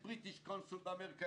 יש בריטיש קונסולד אמריקה,